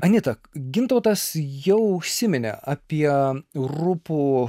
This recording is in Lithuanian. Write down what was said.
anita gintautas jau užsiminė apie rupų